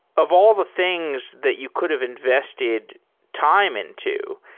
of all the things that you could've invested time into,